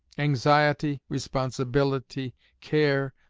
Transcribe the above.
anxiety, responsibility, care,